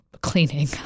cleaning